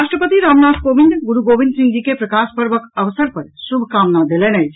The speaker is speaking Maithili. राष्ट्रपति रामनाथ कोविंद गुरू गोबिन्द सिंह केँ प्रकाश पर्वक अवसर पर शुभकामना देलनि अछि